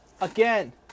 again